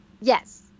Yes